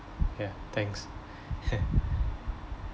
ya thanks